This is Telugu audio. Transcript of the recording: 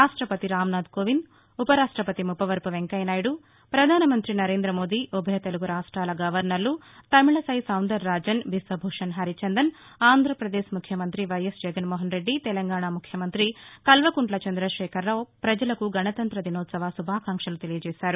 రాష్టపతి రామనాథ్ కోవింద్ ఉపరాష్టపతి ముప్పవరపు వెంకయ్యనాయుడు ప్రధానమంతి నరేంద్ర మోదీ ఉభయ తెలుగు రాష్ట్రాల గవర్నర్లు తమిళసై సౌందర్ రాజన్ బిష్యభూషణ్ హరిచందన్ ఆంధ్ర పదేశ్ ముఖ్యమంత్రి వైఎస్ జగన్నోహన్రెడ్డి తెలంగాణా ముఖ్యమంత్రి కల్వకుంట్ల చంద్రదశేఖరరావు ప్రజలకు గణతంగ్రత దినోత్సవ శుభాకాంక్షలు తెలియచేశారు